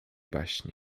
baśni